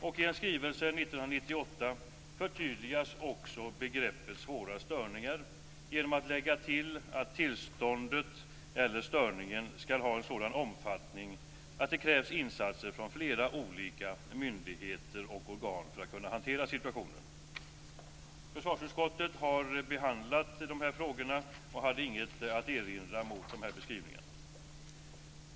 I en skrivelse 1998 förtydligas begreppet svåra störningar genom tillägg av att tillståndet eller störningen skall ha en sådan omfattning att det krävs insatser från flera olika myndigheter och organ för hantering av situationen. Försvarsutskottet har behandlat de här frågorna och inte haft något att erinra mot de här beskrivningarna.